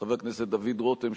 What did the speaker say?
חבר הכנסת דוד רותם,